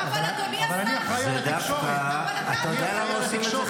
אבל אני אחראי לתקשורת.